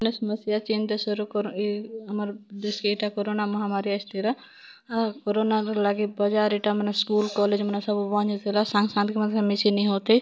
ଉଣେଇଶ୍ ମସିହା ଚିନ୍ ଦେଶରୁ ଇ ଆମର୍ ଦେଶ୍ କେ ଇ'ଟା କୋରୋନା ମହାମାରୀ ଆସିଥିଲା ଆଉ କୋରୋନାର ଲାଗି ବଜାର୍ ଇଟାମାନେ ସ୍କୁଲ୍ କଲେଜ୍ମାନେ ସବୁ ବନ୍ଦ୍ ହେଇଥିଲା ସାଙ୍ଗ୍ ସାଙ୍ଗକେ ମାନ୍କେ ମିଶି ନି ହେଉଥାଇ